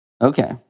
Okay